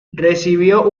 recibió